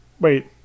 wait